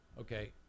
Okay